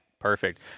Perfect